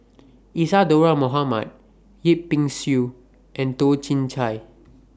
Isadhora Mohamed Yip Pin Xiu and Toh Chin Chye